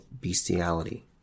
bestiality